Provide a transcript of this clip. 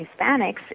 Hispanics